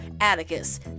Atticus